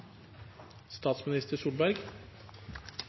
statsminister enn Erna Solberg,